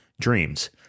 dreams